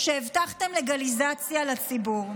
שהבטחתם לגליזציה לציבור.